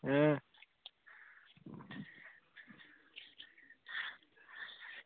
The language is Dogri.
अं